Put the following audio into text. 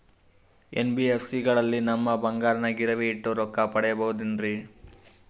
NBFC ಗಳಲ್ಲಿ ನಮ್ಮ ಬಂಗಾರನ ಗಿರಿವಿ ಇಟ್ಟು ರೊಕ್ಕ ಪಡೆಯಬಹುದೇನ್ರಿ?